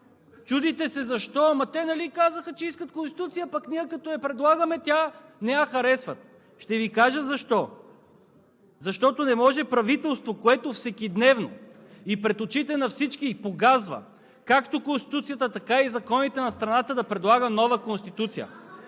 Чудите се защо?! „Ама нали те казаха, че искат конституция, а пък ние като я предлагаме, не я харесват!“ Ще Ви кажа защо! Защото не може правителство, което всекидневно и пред очите на всички погазва както Конституцията, така и законите на страната, да предлага нова конституция.